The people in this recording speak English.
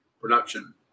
production